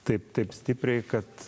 taip taip stipriai kad